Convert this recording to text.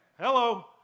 Hello